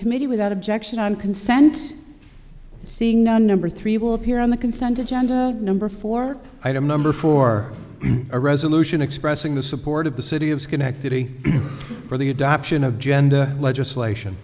committee without objection on consent seeing now number three will appear on the consent agenda number four item number four a resolution expressing the support of the city of schenectady for the adoption of gender legislation